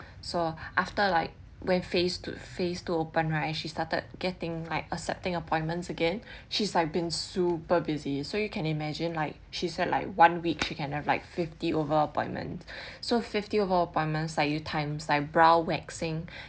so after like where phase two open right she started getting like accepting appointments again she's like been super busy so you can imagine like she said like one week she can have like fifty over appointment so fifty over appointments like you times like brow waxing